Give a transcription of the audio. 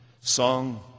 song